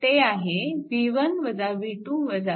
ते आहे 2